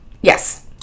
Yes